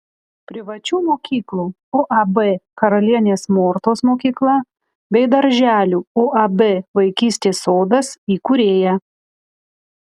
privačių mokyklų uab karalienės mortos mokykla bei darželių uab vaikystės sodas įkūrėja